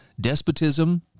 despotism